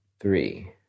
Three